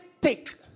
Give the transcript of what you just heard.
take